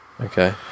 Okay